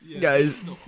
Guys